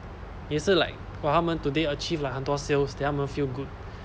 也是 like !wah! 他们 today achieve 很多 sales then 他们 feel good